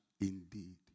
indeed